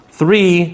three